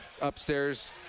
upstairs